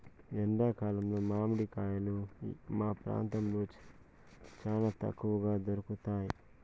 ఎండా కాలంలో మామిడి కాయలు మా ప్రాంతంలో చానా తక్కువగా దొరుకుతయ్